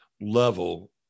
level